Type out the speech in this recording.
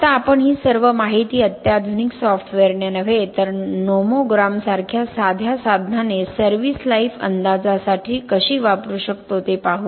आता आपण ही सर्व माहिती अत्याधुनिक सॉफ्टवेअरने नव्हे तर नोमोग्राम सारख्या साध्या साधनाने सर्व्हिस लाइफ अंदाजासाठी कशी वापरू शकतो ते पाहू